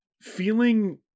feeling